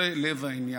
זה לב העניין.